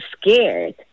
scared